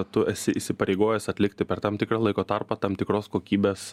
tu esi įsipareigojęs atlikti per tam tikrą laiko tarpą tam tikros kokybės